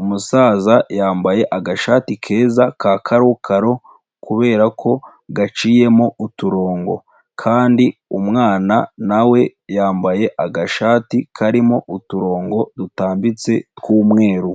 Umusaza yambaye agashati keza ka karokaro kubera ko gaciyemo uturongo kandi umwana na we yambaye agashati karimo uturongo dutambitse tw'umweru.